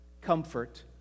comfort